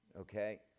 Okay